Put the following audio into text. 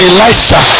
Elisha